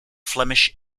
flemish